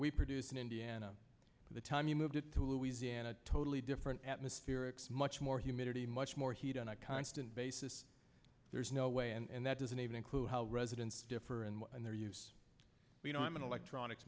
we produce an indiana the time you moved it to louisiana totally different atmosphere it's much more humidity much more heat on a constant basis there's no way and that doesn't even include residents different and their use you know i'm an electronics